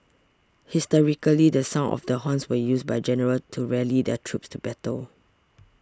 historically the sound of the horns were used by generals to rally their troops to battle